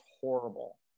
horrible